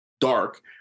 dark